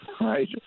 Right